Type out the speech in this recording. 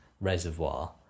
reservoir